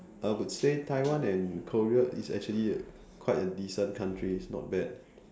I would say Taiwan and Korea is actually quite a decent country it's not bad